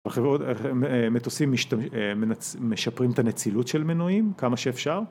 המטוסים משפרים את הנצילות של מנועים כמה שאפשר